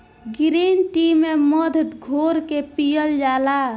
green tea में मध घोर के पियल जाला